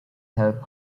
help